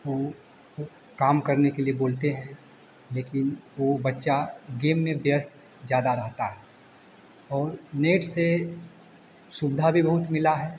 वो काम करने के लिए बोलते हैं लेकिन वो बच्चा गेम में व्यस्त ज़्यादा रहता है और नेट से सुविधा भी बहुत मिला है